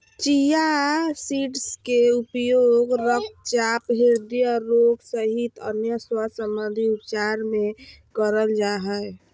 chia seeds के उपयोग रक्तचाप, हृदय रोग सहित अन्य स्वास्थ्य संबंधित उपचार मे करल जा हय